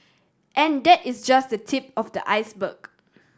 and that is just the tip of the iceberg